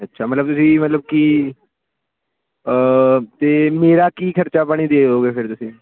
ਅੱਛਾ ਮਤਲਬ ਤੁਸੀਂ ਮਤਲਬ ਕੀ ਅਤੇ ਮੇਰਾ ਕੀ ਖਰਚਾ ਪਾਣੀ ਦੇ ਦਓਗੋ ਫਿਰ ਤੁਸੀਂ